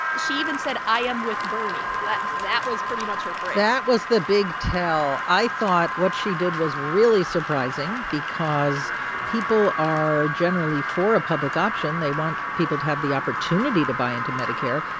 she even said, i am with bernie. but that was pretty much her phrase that was the big tell. i thought what she did was really surprising because people are generally for a public option. they want people to have the opportunity to buy into medicare.